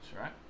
right